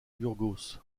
burgos